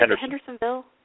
Hendersonville